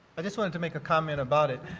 but just wanted to make a comment about it.